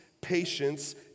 patience